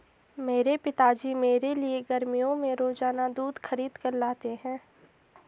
मेरे पिताजी मेरे लिए गर्मियों में रोजाना दूध खरीद कर लाते हैं